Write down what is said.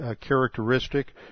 characteristic